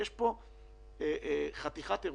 יש פה חתיכת אירוע.